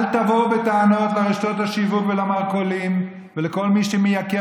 אל תבואו בטענות לרשתות השיווק ולמרכולים ולכל מי שמייקר